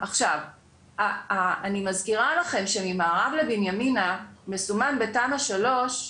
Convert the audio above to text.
אני מזכירה לכם שממערב לבנימינה מסומן בתמ"א 1,